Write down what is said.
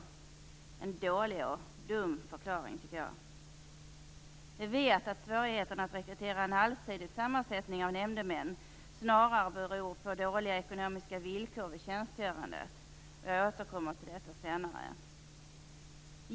Det är en dålig och dum förklaring, tycker jag. Vi vet att svårigheterna att rekrytera en allsidig sammansättning av nämndemän snarare beror på dåliga ekonomiska villkor vid tjänstgörandet. Jag återkommer till detta senare.